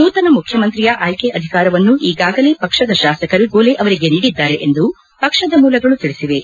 ನೂತನ ಮುಖ್ಯಮಂತ್ರಿಯ ಆಯ್ಲೆ ಅಧಿಕಾರವನ್ನು ಈಗಾಗಲೇ ಪಕ್ಷದ ಶಾಸಕರು ಗೋಲೆ ಅವರಿಗೆ ನೀಡಿದ್ದಾರೆ ಎಂದು ಪಕ್ಷದ ಮೂಲಗಳು ತಿಳಿಸಿವೆ